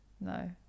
No